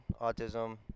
autism